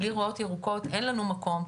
בלי ריאות ירוקות אין לנו מקום,